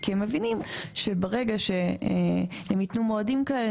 כי הם מבינים שברגע שהם יתנו מועדים כאלה,